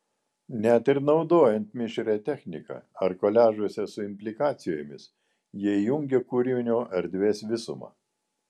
net ir naudojant mišrią techniką ar koliažuose su implikacijomis jie jungia kūrinio erdvės visumą